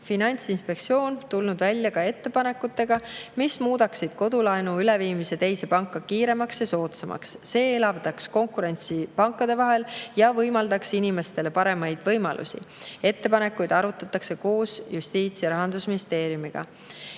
Finantsinspektsioon tulnud välja ettepanekutega, mis muudaksid kodulaenu üleviimise teise panka kiiremaks ja soodsamaks. See elavdaks konkurentsi pankade vahel ja annaks inimestele paremaid võimalusi. Ettepanekuid arutatakse koos justiits- ja rahandusministeeriumiga.